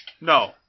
No